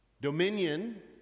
dominion